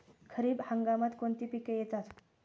खरीप हंगामात कोणती पिके येतात?